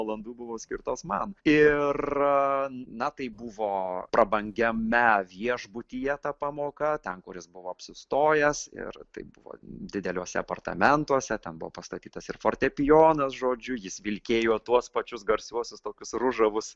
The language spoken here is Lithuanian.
valandų buvo skirtos man ir na taip buvo prabangiame viešbutyje ta pamoka ten kur jis buvo apsistojęs ir tai buvo dideliuose apartamentuose ten buvo pastatytas ir fortepijonas žodžiu jis vilkėjo tuos pačius garsiuosius tokius ružavus